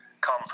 come